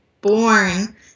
born